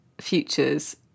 futures